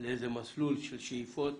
למסלול של שאיפות.